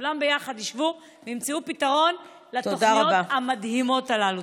כולם ביחד ישבו וימצאו פתרון לתוכניות המדהימות הללו.